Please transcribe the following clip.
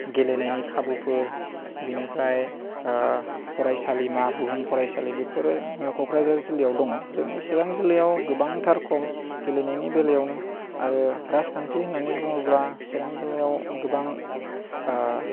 गेलेनायनि खाबुफोर बेनिफ्राय फरायसालिमा बुहुम फरायसालि बेफोरो क'क्राझार जिल्लायाव दङ जोंनि चिरां जिल्लायाव गोबांथार खम गेलेनायनि बेलायावनो आरो राजखान्थि होननानै बुङोब्ला चिरां जिल्लायाव गोबां